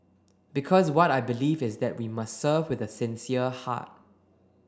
because what I believe is that we must serve with a sincere heart